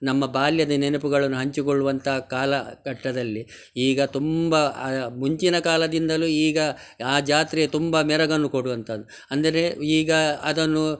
ನಮ್ಮ ಬಾಲ್ಯದ ನೆನಪುಗಳನ್ನು ಹಂಚಿಕೊಳ್ಳುವಂತ ಕಾಲ ಘಟ್ಟದಲ್ಲಿ ಈಗ ತುಂಬ ಮುಂಚಿನ ಕಾಲದಿಂದಲು ಈಗ ಆ ಜಾತ್ರೆ ತುಂಬಾ ಮೆರಗನ್ನು ಕೊಡುವಂಥದ್ದು ಅಂದರೆ ಈಗ ಅದನ್ನು